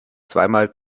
zweimal